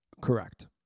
correct